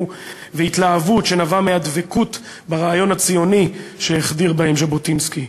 והתלהבות שנבעה מהדבקות ברעיון הציוני שהחדיר בהם ז'בוטינסקי.